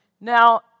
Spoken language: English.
Now